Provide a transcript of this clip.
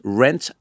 rent